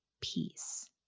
peace